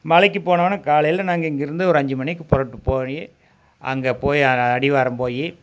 மலைக்கு போனோன்னே காலையில் நாங்கள் இங்கிருந்து ஒரு அஞ்சு மணிக்கு புறப்பட்டு போய் அங்கே போய் அடிவாரம் போய்